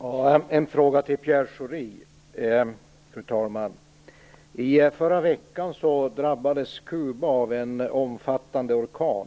Fru talman! Jag har en fråga till Pierre Schori. I förra veckan drabbades Kuba av en omfattande orkan.